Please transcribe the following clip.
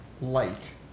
light